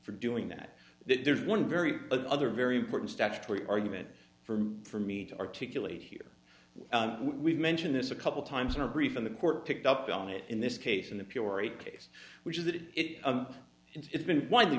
for doing that there's one very other very important statutory argument for for me to articulate here we've mentioned this a couple times in our brief in the court picked up on it in this case in the pureed case which is that it's been widely